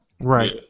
Right